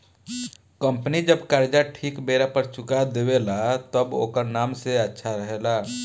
company जब कर्जा ठीक बेरा पर चुका देवे ला तब ओकर नाम अच्छा से रहेला